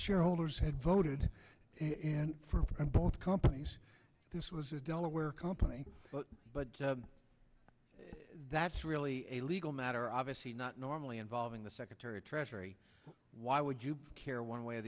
shareholders had voted for both companies this was a delaware company but that's really a legal matter obviously not normally involving the secretary of treasury why would you care one way or